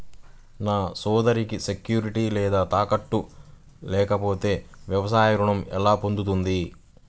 నా సోదరికి సెక్యూరిటీ లేదా తాకట్టు లేకపోతే వ్యవసాయ రుణం ఎలా పొందుతుంది?